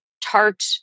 tart